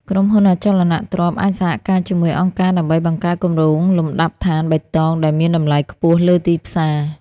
ក្រុមហ៊ុនអចលនទ្រព្យអាចសហការជាមួយអង្គការដើម្បីបង្កើតគម្រោងលំដាប់ដ្ឋានបៃតង ដែលមានតម្លៃខ្ពស់លើទីផ្សារ។